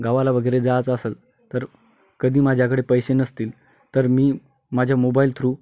गावाला वगेरे जायचां असल तर कधी माझ्याकडे पैसे नसतील तर मी माझ्या मोबाईल थ्रू